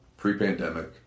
pre-pandemic